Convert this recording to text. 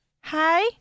Hi